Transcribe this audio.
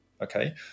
okay